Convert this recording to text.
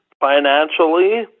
financially